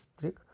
trick